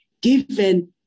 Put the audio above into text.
given